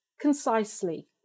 concisely